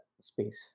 space